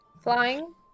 Flying